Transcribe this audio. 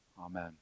Amen